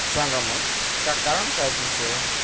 सांगा मग का कारण काय तुमचं